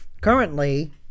currently